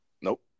Nope